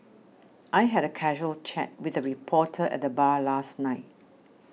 I had a casual chat with a reporter at the bar last night